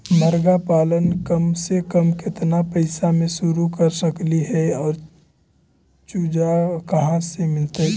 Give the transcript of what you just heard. मरगा पालन कम से कम केतना पैसा में शुरू कर सकली हे और चुजा कहा से मिलतै?